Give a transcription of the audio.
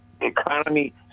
Economy